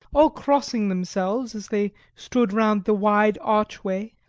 all crossing themselves, as they stood round the wide archway,